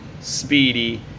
Speedy